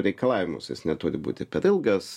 reikalavimus jis neturi būti per ilgas